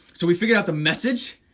so we figured out the message,